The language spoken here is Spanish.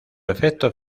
efecto